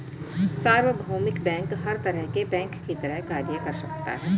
सार्वभौमिक बैंक हर तरह के बैंक की तरह कार्य कर सकता है